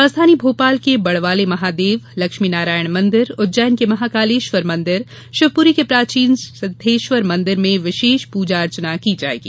राजधानी भोपाल के बड़वाले महादेव लक्ष्मीनारायण मंदिर उज्जैन के महाकालेश्वर मंदिर शिवपुरी के प्राचीन सिद्वेश्वर मंदिर में विशेष पूजा अर्चना की जायेगी